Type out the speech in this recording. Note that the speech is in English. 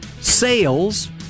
sales